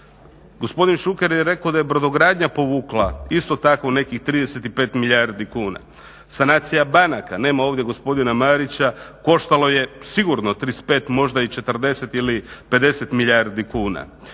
Gospodin Šuker je rekao da je brodogradnja povukla isto tako nekih 35 milijardi kuna, sanacija banaka, nema ovdje gospodina Marića, koštala je sigurno 35 možda i 40 ili 50 milijardi kuna,